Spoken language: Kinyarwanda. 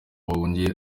bamuhamagaye